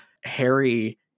harry